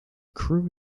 crew